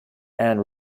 and